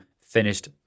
finished